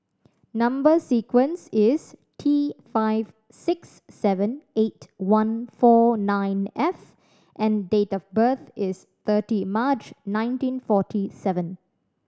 number sequence is T five six seven eight one four nine F and date of birth is thirty March nineteen forty seven